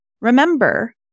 remember